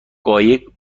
قایق